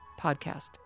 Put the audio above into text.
podcast